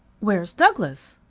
where's douglas?